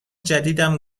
جدیدم